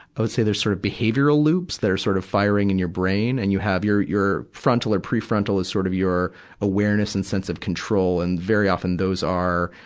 i would say there's sort of behavioral loops that are sort of firing in your brain. and you have your, your, frontal or prefrontal is sort of your awareness and sense of control. and very often, those are,